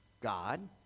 God